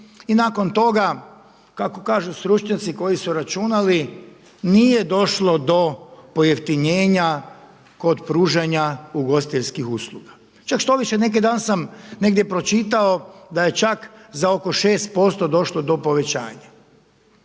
nakon toga kako kažu stručnjaci koji su računali, nije došlo do pojeftinjenja kod pružanja ugostiteljskih usluga. Čak štoviše. Neki dan sam negdje pročitao da je čak za oko 6% došlo do povećanja.